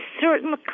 certain